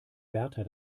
wärter